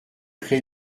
créé